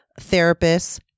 therapists